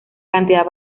cantidad